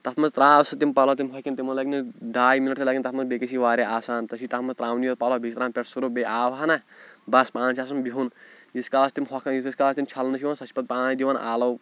تَتھ منٛز ترٛاو سُہ تِم پَلَو تِم ہۄکھن تِمَن لَگہِ نہٕ ڈاے مِنَٹ تہِ لَگن تَتھ منٛز بیٚیہِ گژھِ واریاہ آسان ژےٚ چھِ تَتھ منٛز ترٛاوُن یہِ پَلَو بیٚیہِ چھِ ترٛاوُن پٮ۪ٹھٕ سرٕف بیٚیہِ آب ہَنا بَس پانہٕ چھِ آسان بِہُن ییٖتِس کالَس تِم ہۄکھَن ییٖتِس کالَس تِم چھَلنہٕ چھِ یِوان سۄ چھِ پَتہٕ پانَے دِوان آلو